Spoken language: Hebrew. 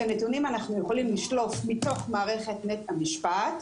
את הנתונים אנחנו יכולים לשלוף מתוך מערכת נט המשפט,